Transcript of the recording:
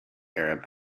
arab